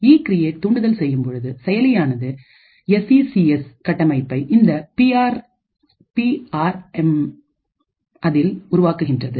இ create தூண்டுதல் செய்யும் பொழுது செயலியானது எஸ் இ சி எஸ் கட்டமைப்பை இந்த பி ஆர் எம்ல் உருவாக்குகின்றது